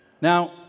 Now